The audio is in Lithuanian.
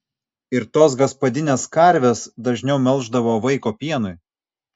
ir tos gaspadinės karves dažniau melždavo vaiko pienui